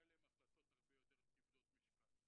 המשרד נתן 11 מיליון שקל ו-50 מיליון שקל צריך לתת משרד האוצר.